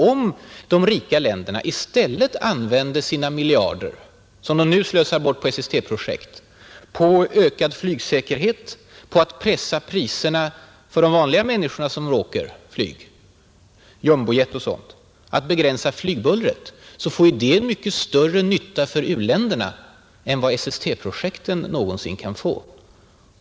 Om de rika länderna använder sina miljarder, som de nu slösar bort på SST-projekt, på ökad flygsäkerhet, på att pressa priserna för ”vanliga människor” som åker flyg och på att begränsa flygbullret blir det till mycket större nytta för u-länderna än vad SST-projekten någonsin kan bli.